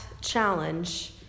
challenge